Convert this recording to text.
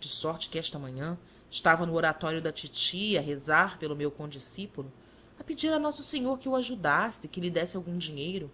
de sorte que esta manhã estava no oratório da titi a rezar pelo meu condiscípulo a pedir a nosso senhor que o ajudasse e que lhe desse algum dinheiro